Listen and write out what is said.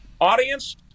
audience